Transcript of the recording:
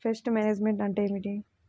Pest management అంటే ఏమిటి?